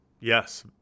Yes